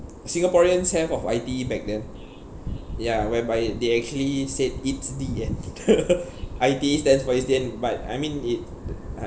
singaporeans have of I_T_E back then ya whereby they actually said it's the end eh I_T_E stands for it's the end but I mean it uh